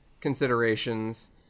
considerations